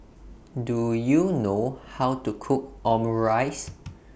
Do YOU know How to Cook Omurice